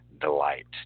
Delight